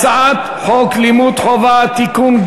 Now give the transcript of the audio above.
הצעת חוק לימוד חובה (תיקון,